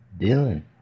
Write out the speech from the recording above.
dylan